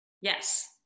Yes